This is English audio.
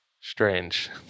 strange